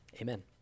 Amen